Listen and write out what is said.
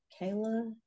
Kayla